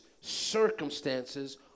circumstances